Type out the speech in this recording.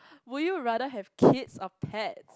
where you rather have kids or pets